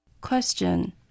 Question